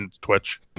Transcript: Twitch